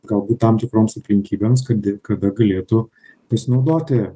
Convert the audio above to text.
galbūt tam tikroms aplinkybėms kad kada galėtų pasinaudoti